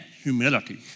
humility